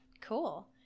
Cool